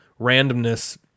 randomness